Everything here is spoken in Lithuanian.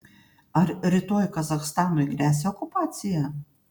ar rytoj kazachstanui gresia okupacija